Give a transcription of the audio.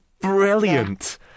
Brilliant